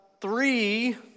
three